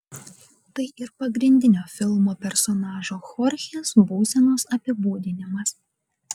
tai ir pagrindinio filmo personažo chorchės būsenos apibūdinimas